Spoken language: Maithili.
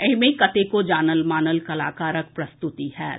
एहिमे कतेको जानल मानल कलाकारक प्रस्तुति होयत